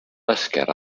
esquerre